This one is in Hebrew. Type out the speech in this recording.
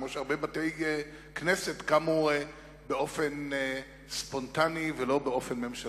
כמו שהרבה בתי-כנסת קמו באופן ספונטני ולא באופן ממשלתי.